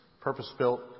purpose-built